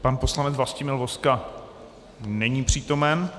Pan poslanec Vlastimil Vozka není přítomen.